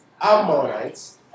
Ammonites